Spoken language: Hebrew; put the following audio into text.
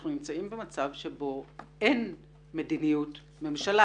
אנחנו נמצאים במצב שבו אין מדיניות ממשלה.